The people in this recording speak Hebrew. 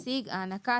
הענקה,